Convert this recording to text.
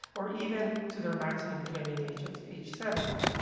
or even to their maximum claiming age of age seventy.